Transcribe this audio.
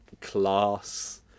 class